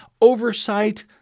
Oversight